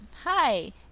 Hi